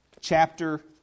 chapter